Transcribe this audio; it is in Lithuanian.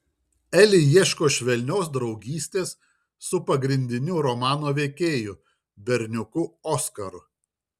eli ieško švelnios draugystės su pagrindiniu romano veikėju berniuku oskaru